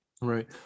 Right